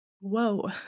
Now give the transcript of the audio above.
Whoa